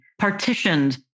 Partitioned